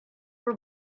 were